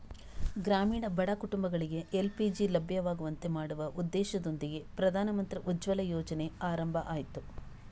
ಗ್ರಾಮೀಣ ಬಡ ಕುಟುಂಬಗಳಿಗೆ ಎಲ್.ಪಿ.ಜಿ ಲಭ್ಯವಾಗುವಂತೆ ಮಾಡುವ ಉದ್ದೇಶದೊಂದಿಗೆ ಪ್ರಧಾನಮಂತ್ರಿ ಉಜ್ವಲ ಯೋಜನೆ ಆರಂಭ ಆಯ್ತು